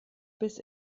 biss